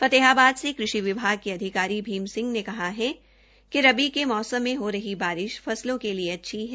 फतेहाबाद से कृषि विभाग के अधिकारी भीम सिंह ने कहा कि रबी के मौसम में हो रही बारिश फसलों के लिए अच्छी है